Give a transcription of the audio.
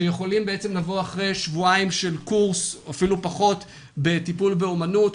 שיכולים לבוא אחרי שבועיים של קורס או אפילו פחות בטיפול באומנות,